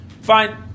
fine